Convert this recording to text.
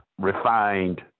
refined